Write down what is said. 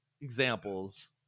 examples